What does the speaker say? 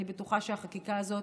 אני בטוחה שהחקיקה הזאת